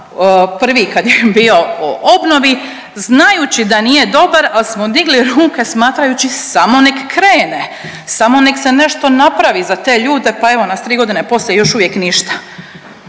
prvi kad je bio o obnovi znajući da nije dobar, ali smo digli ruke smatrajući samo nek krene, samo nek se nešto napravi za te ljude pa evo nas 3 godine poslije još uvijek ništa.